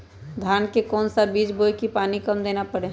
धान का कौन सा बीज बोय की पानी कम देना परे?